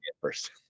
first